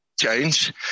change